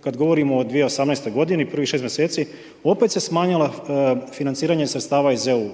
kada govorimo o 2018. g. privih 6 mj. opet se smanjilo financiranje sredstava iz EU.